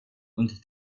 und